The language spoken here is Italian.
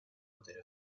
potere